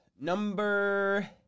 number